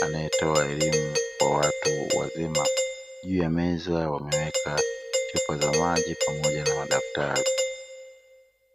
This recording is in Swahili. anayetoa elimu kwa watu wazima juu ya meza wameweka chupa za maji pamoja na madaftari.